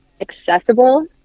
accessible